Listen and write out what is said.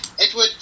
Edward